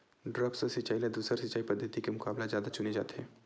द्रप्स सिंचाई ला दूसर सिंचाई पद्धिति के मुकाबला जादा चुने जाथे